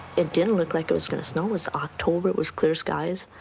it didn't look like it was going to snow. it was october. it was clear skies.